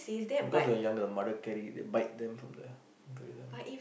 because when younger the mother carry they bite them from the aquarium